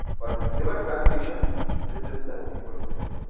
for this given transition this is the input place,